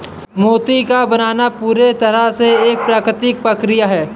मोती का बनना पूरी तरह से एक प्राकृतिक प्रकिया है